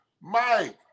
Mike